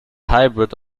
hybrid